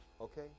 okay